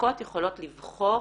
מחלקות יכולות לבחור